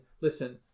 listen